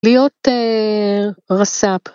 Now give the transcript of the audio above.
להיות רס"פ.